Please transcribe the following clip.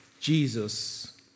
Jesus